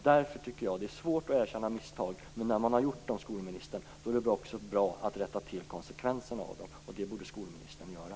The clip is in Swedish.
Det är svårt att erkänna misstag, men när man väl har gjort misstag, skolministern, är det bra om man rättar till konsekvenserna av dem, och det borde skolministern göra.